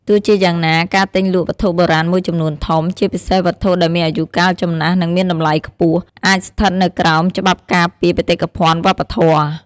ទោះជាយ៉ាងណា ការទិញលក់វត្ថុបុរាណមួយចំនួនធំ ជាពិសេសវត្ថុដែលមានអាយុកាលចំណាស់ និងមានតម្លៃខ្ពស់ អាចស្ថិតនៅក្រោមច្បាប់ការពារបេតិកភណ្ឌវប្បធម៌។